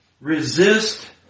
Resist